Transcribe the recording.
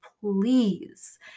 please